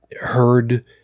heard